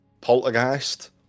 poltergeist